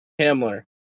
Hamler